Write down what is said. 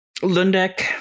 Lundek